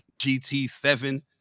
GT7